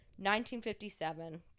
1957